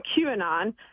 QAnon